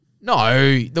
No